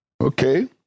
Okay